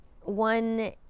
one